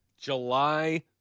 July